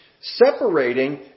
separating